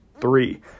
three